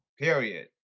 Period